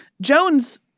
Jones